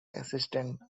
assistant